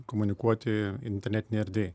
komunikuoti internetinėj erdvėj